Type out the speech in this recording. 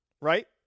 right